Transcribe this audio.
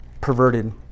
perverted